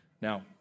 Now